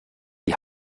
die